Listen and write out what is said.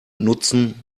nutzen